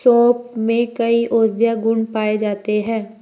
सोंफ में कई औषधीय गुण पाए जाते हैं